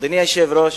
אדוני היושב-ראש,